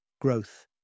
Growth